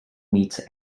meets